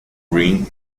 green